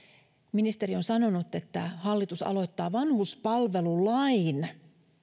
ministeri on sanonut että hallitus aloittaa vanhuspalvelulain